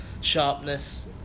sharpness